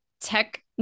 tech